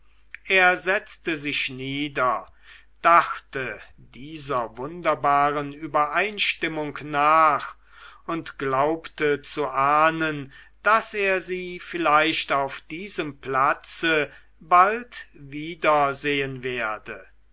er setzte sich nieder dachte dieser wunderbaren übereinstimmung nach und glaubte zu ahnen daß er sie vielleicht auf diesem platze bald wiedersehen werde